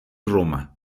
roma